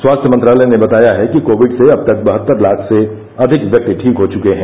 स्वास्थ्य मंत्रालय ने बताया है कि कोविड से अब तक बहत्तर लाख से अधिक व्यक्ति ठीक हो चुके हैं